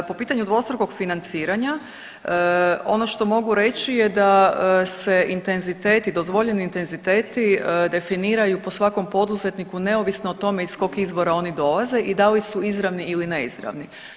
Po pitanju dvostrukog financiranja, ono što mogu reći je da se intenzitet i dozvoljeni intenziteti definiraju po svakom poduzetniku neovisno o tome iz kog izvora oni dolaze i da li su izravni ili neizravni.